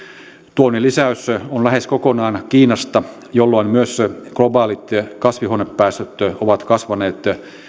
tuonnin lisäys on lähes kokonaan kiinasta jolloin myös globaalit kasvihuonepäästöt ovat kasvaneet